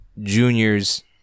Junior's